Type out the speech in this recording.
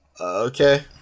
Okay